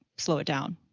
slow it down.